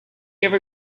ever